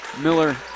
Miller